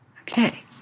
Okay